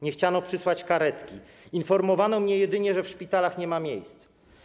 Nie chciano przysłać karetki, informowano mnie jedynie, że w szpitalach nie ma miejsc.